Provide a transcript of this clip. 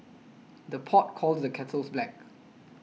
the pot calls the kettles black